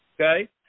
okay